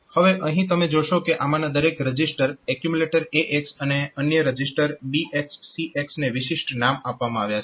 હવે અહીં તમે જોશો કે આમાંના દરેક રજીસ્ટર એક્યુમ્યુલેટર AX અને અન્ય રજીસ્ટર BX CX ને વિશિષ્ટ નામ આપવામાં આવ્યા છે